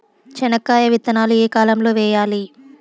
చెనక్కాయ విత్తనాలు ఏ కాలం లో వేయాలి?